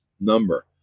number